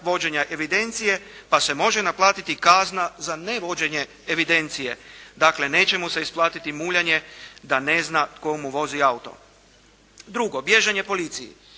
Drugo. Bježanje policiji.